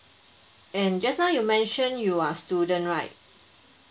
and just now you mention you are student right